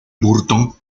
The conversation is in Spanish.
burton